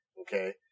okay